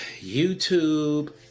YouTube